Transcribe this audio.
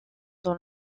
dans